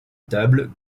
table